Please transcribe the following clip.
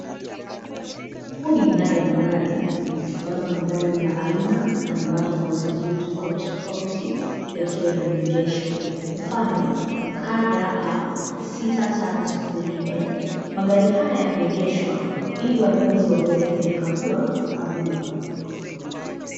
Huu ni mnada wa magari, tunaona magari ya aina, na nambari za usajili tofauti tofauti yakiwa yameegeshwa, mfano, KDA 650A.Magari haya yameegeshwa, ili wanunuzi waweze kuyakagua kabla ya kununua.